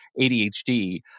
ADHD